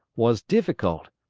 was difficult,